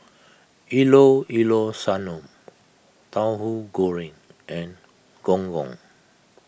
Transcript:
Llao Llao Sanum Tauhu Goreng and Gong Gong